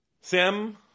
Sam